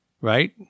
right